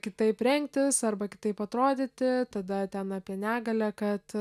kitaip rengtis arba kitaip atrodyti tada ten apie negalią kad